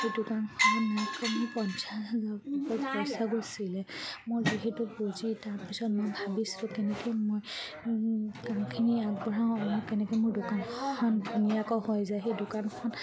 সেই দোকানখন মোক মোক পঞ্চাছ হাজাৰ ওপৰত পইচা গৈছিলে মই যিহেতু বুজি তাৰপিছত মই ভাবিছোঁ কেনেকৈ মই কামখিনি আগবঢ়াওঁ কেনেকৈ মোৰ দোকানখন ধুনীয়াকৈ হৈ যায় সেই দোকানখন